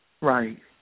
Right